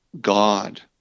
God